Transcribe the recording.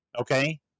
Okay